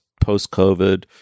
post-covid